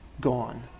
gone